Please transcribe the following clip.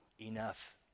enough